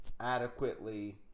adequately